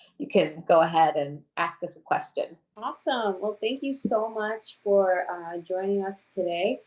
you can go ahead and ask us a question. awesome. well, thank you so much for joining us today,